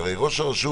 הרי לראש הרשות